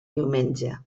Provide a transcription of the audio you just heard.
diumenge